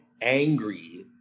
angry